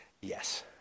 Yes